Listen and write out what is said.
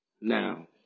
Now